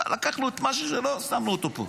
לקחנו את מה ששלו, שמנו אותו פה.